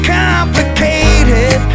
complicated